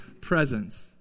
presence